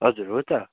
हजुर हो त